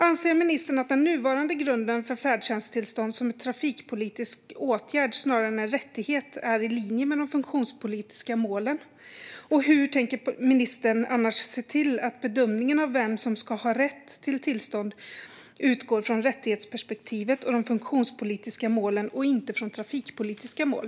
Anser ministern att den nuvarande grunden för färdtjänsttillstånd, som är en trafikpolitisk åtgärd snarare än en rättighet, är i linje med de funktionshinderspolitiska målen? Hur tänker ministern annars se till att bedömningen av vem som har rätt till tillstånd utgår från rättighetsperspektivet och de funktionshinderspolitiska målen och inte från trafikpolitiska mål?